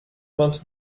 vingt